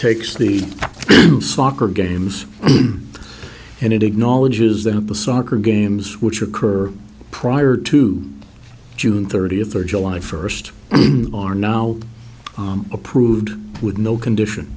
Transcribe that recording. takes the soccer games and it acknowledges that the soccer games which occur prior to june thirtieth are july first are now approved with no condition